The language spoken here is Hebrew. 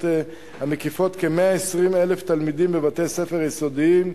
המקיפות כ-120,000 תלמידים בבתי-ספר יסודיים,